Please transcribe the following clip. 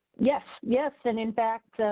yes, yes. and in fact,